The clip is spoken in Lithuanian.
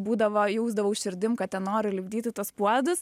būdavo jausdavau širdim kad ten noriu lipdyti tuos puodus